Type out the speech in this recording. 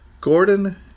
Gordon